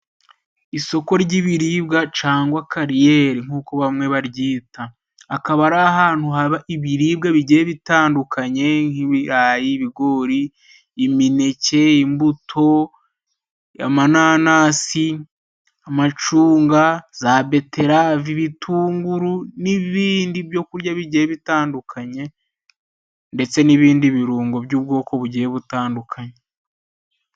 Isoko ry'ibiribwa cangwa kariyeri nk'uko bamwe baryita, akaba ari ahantu haba ibiribwa bigiye bitandukanye nk'ibirayi, ibigori, imineke, imbuto, amananasi, amacunga, za beterave, ibitunguru n'ibindi byo kurya bigiye bitandukanye, ndetse n'ibindi birungo by'ubwoko bugiye butandukanye.